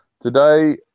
today